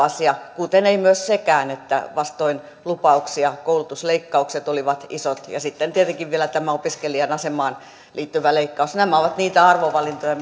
asia kuten ei myös sekään että vastoin lupauksia koulutusleikkaukset olivat isot ja että sitten tietenkin tuli vielä tämä opiskelijan asemaan liittyvä leikkaus nämä ovat niitä arvovalintoja